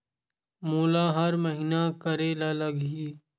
मोला हर महीना करे ल लगही?